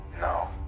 No